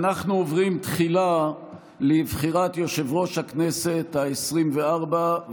אנחנו עוברים תחילה לבחירת יושב-ראש הכנסת העשרים-וארבע,